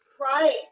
Right